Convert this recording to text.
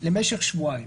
למשך שבועיים.